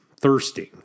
thirsting